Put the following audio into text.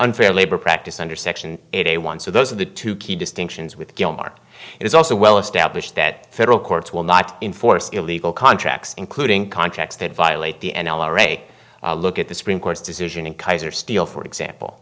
unfair labor practice under section eighty one so those are the two key distinctions with gilmore it is also well established that federal courts will not enforce illegal contracts including contracts that violate the n l array look at the supreme court's decision in kaiser steel for example